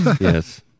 yes